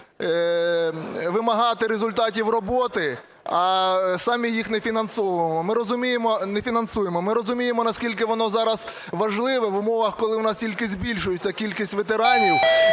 вимагати результатів роботи, а самі їх не фінансуємо. Ми розуміємо, наскільки воно зараз важливо. В умовах, коли у нас тільки збільшується кількість ветеранів,